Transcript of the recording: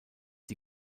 die